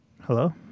Hello